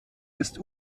ist